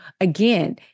again